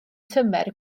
tymer